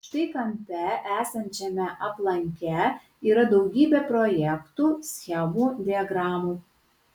štai kampe esančiame aplanke yra daugybė projektų schemų diagramų